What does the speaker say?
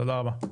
תודה רבה.